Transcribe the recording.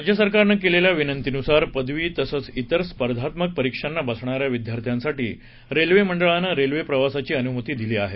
राज्य सरकारनं केलेल्या विनंतीनुसार पदवी तसच तिर स्पर्धात्मक परीक्षांना बसणाऱ्या विद्यार्थ्यांसाठी रेल्वे मंडळानं रेल्वे प्रवासाची अनुमती दिली आहे